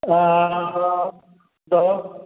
hello